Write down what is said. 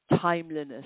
timeliness